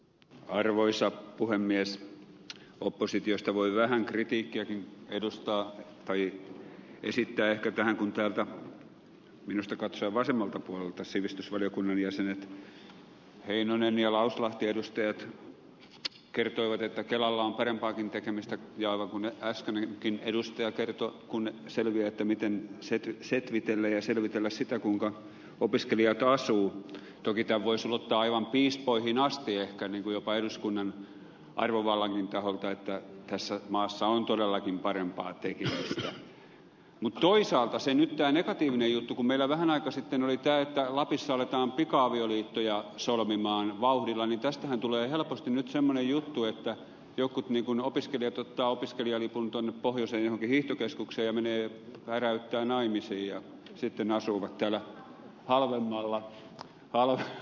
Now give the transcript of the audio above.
arvoisa puhemies oppositiosta voi vähän kritiikkiäkin edustaa kari esittää ketään kun täältä minusta katsoen vasemmalta puolelta sivistysvaliokunnan jäsenet heinonen ja lauslahti edustajat kertoivat että kelalla on parempaakin tekemistä ja luopuneet tästä nytkin edustaja kertoi kun selvyyttä miten selitykset vitelee selvitellä sitä kuinka opiskelija k asuu levitä voisi mutta aivan piispoihin asti ehkä jopa eduskunnan arvovallan taholta että tässä maassa on todellakin parempaa ei kysytä mutta toisaalta synnyttää negatiivinen juttu kun meillä vähän aikaa sitten oli käyttö lapissa aletaan pika avioliittoja solmimaan vauhdillani tästähän tulee semmonen juttu että joku nyt kun opiskelijat että opiskelijaliikuntaan pohjoiseen hiihtokeskukseen menee täräyttää naimisiin ja sitten asuvat täällä halvemmalla alalla